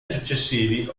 successivi